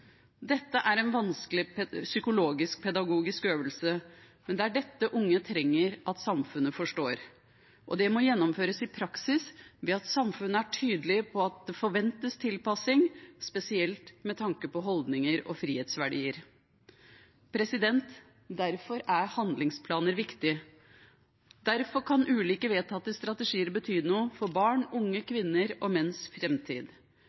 Dette er en vanskelig psykologisk-pedagogisk øvelse, men det er dette unge trenger at samfunnet forstår, og det må gjennomføres i praksis ved at samfunnet er tydelig på at det forventes tilpasning, spesielt med tanke på holdninger og frihetsverdier. Derfor er handlingsplaner viktige. Derfor kan ulike vedtatte strategier bety noe for barn, unge,